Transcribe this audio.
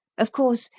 of course,